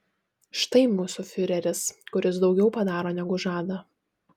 štai mūsų fiureris kuris daugiau padaro negu žada